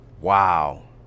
Wow